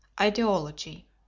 Ideology